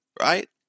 Right